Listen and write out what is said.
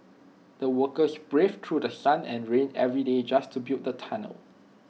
the workers braved through The Sun and rain every day just to build the tunnel